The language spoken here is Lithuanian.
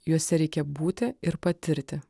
juose reikia būti ir patirti